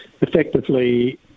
effectively